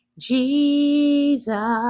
Jesus